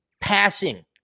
passing